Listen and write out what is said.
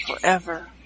forever